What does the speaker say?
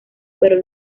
pero